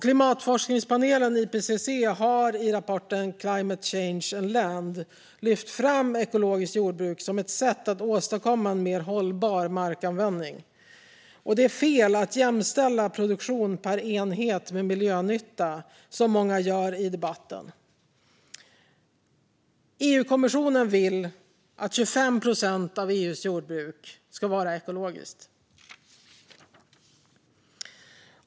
Klimatforskningspanelen IPCC har i rapporten Climate C hange and Land lyft fram ekologiskt jordbruk som ett sätt att åstadkomma en mer hållbar markanvändning. Det är fel att jämställa produktion per enhet med miljönytta som många i debatten gör. EU-kommissionen vill att 25 procent av EU:s jordbruk ska vara ekologiskt.